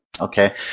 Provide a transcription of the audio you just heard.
Okay